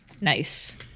Nice